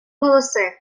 голоси